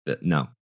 No